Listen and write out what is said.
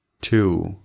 Two